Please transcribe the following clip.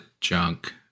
junk